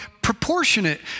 proportionate